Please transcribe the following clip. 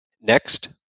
Next